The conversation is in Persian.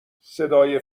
صدای